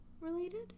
related